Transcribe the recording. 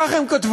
כך הם כתבו: